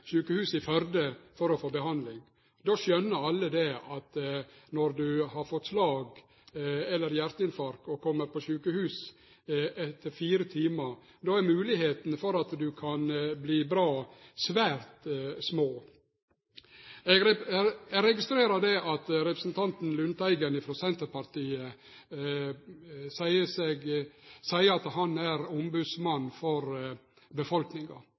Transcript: sjukehus etter fire timar, er sjansane for å bli bra svært små. Eg registrerer at representanten Lundteigen frå Senterpartiet seier at han er ombodsmann for befolkninga.